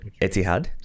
Etihad